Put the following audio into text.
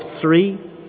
three